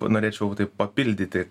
norėčiau taip papildyti